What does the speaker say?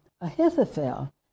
Ahithophel